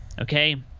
okay